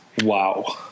wow